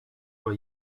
were